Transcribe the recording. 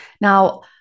Now